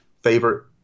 favorite